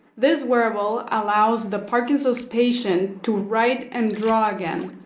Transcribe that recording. this wearable allows the parkinson's patient to write and draw again.